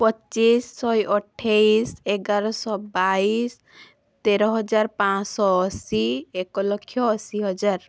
ପଚିଶ ଶହେ ଅଠେଇଶି ଏଗାରଶହ ବାଇଶି ତେରହଜାର ପାଞ୍ଚଶହ ଅଶୀ ଏକଲକ୍ଷ ଅଶୀହଜାର